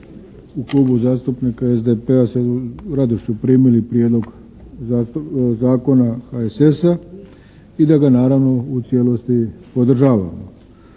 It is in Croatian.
u klubu zastupnika SDP-a sa radošću primili prijedlog zakona HSS-a i da ga naravno u cijelosti podržavamo.